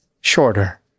shorter